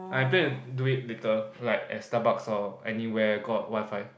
I plan to do it later like at Starbucks or anywhere got WiFi